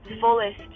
fullest